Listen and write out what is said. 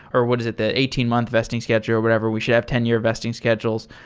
or what is it? the eighteen month vesting schedule, whatever. we should have ten year vesting schedules,